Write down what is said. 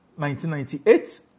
1998